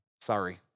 sorry